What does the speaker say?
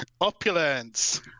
Opulence